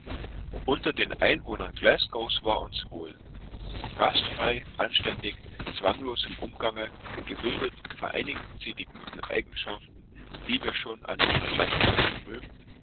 unter den einwohnern glasgows war uns wohl gastfrei anständig zwanglos im umgange gebildet vereinigten sie die guten eigenschaften die wir schon an ihren landsleuten rühmten